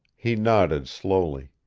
he nodded slowly.